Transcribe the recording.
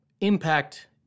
impact